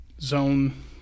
zone